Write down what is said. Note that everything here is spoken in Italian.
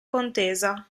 contesa